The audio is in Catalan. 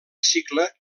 cicle